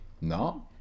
No